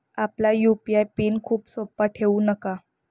आपला UPI PIN खूप सोपा ठेवू नका